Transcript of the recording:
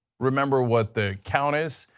remember what the count is,